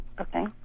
Okay